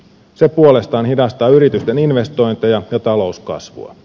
se puolestaan hidastaa yritysten investointeja ja talouskasvua